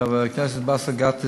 1. חבר הכנסת באסל גטאס,